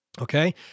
okay